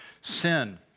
sin